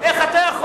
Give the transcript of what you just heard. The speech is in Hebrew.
איך אתה יכול?